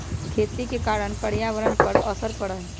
खेती के कारण पर्यावरण पर असर पड़ा हई